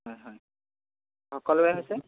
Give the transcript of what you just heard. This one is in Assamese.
হয় হয় অঁ ক'লৈ আছে